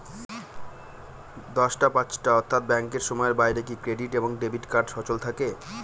দশটা পাঁচটা অর্থ্যাত ব্যাংকের সময়ের বাইরে কি ক্রেডিট এবং ডেবিট কার্ড সচল থাকে?